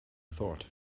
thought